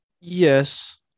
yes